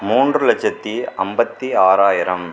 மூன்று லட்சத்து ஐம்பத்தி ஆறாயிரம்